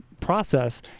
process